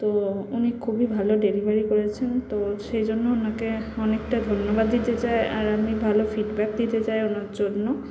তো উনি খুবই ভালো ডেলিভারি করেছেন তো সেই জন্য ওনাকে অনেকটা ধন্যবাদ দিতে চাই আর আমি ভালো ফিডব্যাক দিতে চাই ওনার জন্য